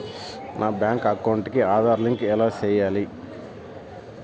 నా bank account కి Aadhaar link ఎలా సేయాలి